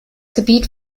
gebiet